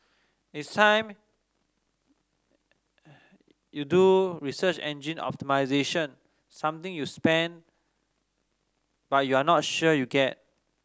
it's time you do research engine optimisation something you spend but you're not sure you get